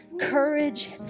courage